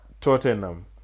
Tottenham